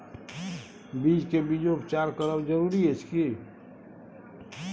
बीज के बीजोपचार करब जरूरी अछि की?